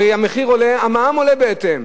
הרי כשהמחיר עולה, המע"מ עולה בהתאם.